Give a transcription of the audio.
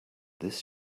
this